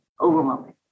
overwhelming